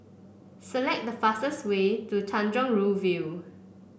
select the fastest way to Tanjong Rhu View